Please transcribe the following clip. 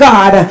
God